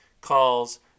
calls